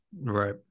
Right